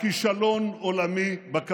6,000 מתים במשמרת שלך.